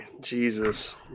Jesus